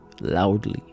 loudly